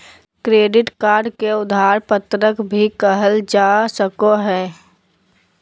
credit card के उधार पत्रक भी कहल जा सको हइ